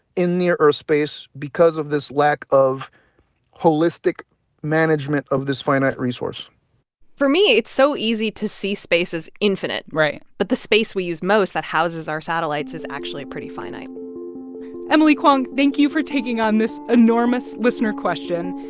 in near-earth space because of this lack of holistic management of this finite resource for me, it's so easy to see space as infinite right but the space we use most, that houses our satellites, is actually pretty finite emily kwong, thank you for taking on this enormous listener question.